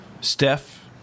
Steph